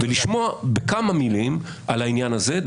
לשמוע בכמה מילים על העניין הזה.